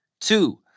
Two